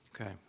Okay